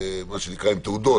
אנחנו עושים את זה כל הזמן.